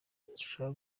bashaka